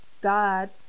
God